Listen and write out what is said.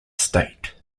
state